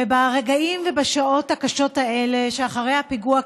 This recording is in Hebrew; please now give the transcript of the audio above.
וברגעים ובשעות הקשים האלה שאחרי הפיגוע,